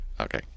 Okay